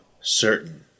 certain